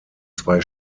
zwei